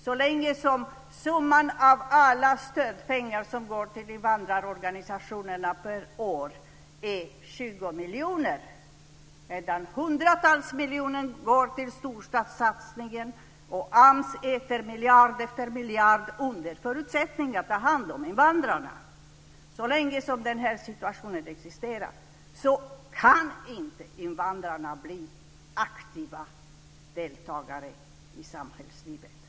Så länge som summan av alla stödpengar som går till invandrarorganisationerna är 20 miljoner per år medan hundratals miljoner går till storstadssatsningen och AMS äter miljard efter miljard under förutsättning att man tar hand om invandrarna kan inte invandrarna bli aktiva deltagare i samhällslivet. Tack!